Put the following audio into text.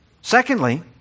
Secondly